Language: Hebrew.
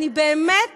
אני באמת